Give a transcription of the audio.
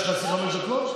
יש לך 25 דקות?